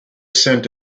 sent